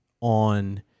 on